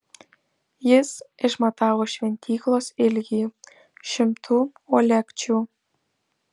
jis išmatavo šventyklos ilgį šimtu uolekčių